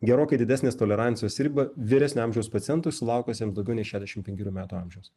gerokai didesnės tolerancijos ribą vyresnio amžiaus pacientui sulaukusiems daugiau nei šešiasdešimt penkerių metų amžiaus